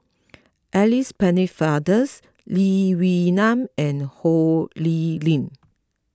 Alice Pennefathers Lee Wee Nam and Ho Lee Ling